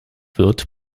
wird